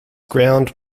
ground